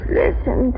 listen